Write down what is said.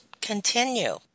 continue